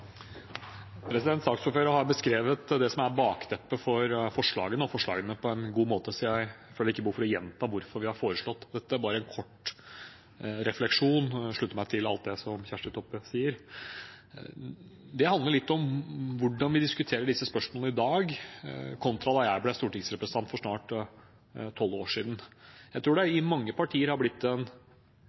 som er bakteppet for forslaget, så jeg føler ikke behov for å gjenta hvorfor vi har foreslått dette, men har bare en kort refleksjon. Jeg slutter meg til alt det som Kjersti Toppe sa. Det handler litt om hvordan vi diskuterer disse spørsmålene i dag, kontra da jeg ble stortingsrepresentant for snart tolv år siden. Jeg tror det i mange partier har blitt en